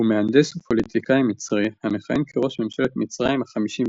הוא מהנדס ופוליטיקאי מצרי המכהן כראש ממשלת מצרים ה-54